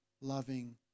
loving